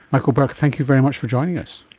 michael berk, thank you very much for joining us.